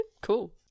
Cool